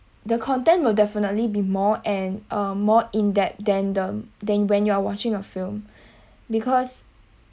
the content will definitely be more and uh more in depth than the than when you're watching a film because